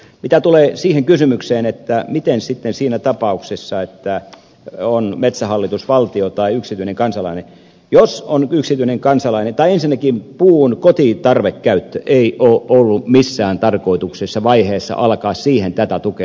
mitä tulee siihen kysymykseen miten sitten siinä tapauksessa että on metsähallitus valtio tai yksityinen kansalainen ensinnäkään puun kotitarvekäyttöön ei ole ollut missään vaiheessa tarkoitus alkaa antaa tätä tukea